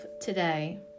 today